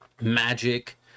magic